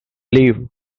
leave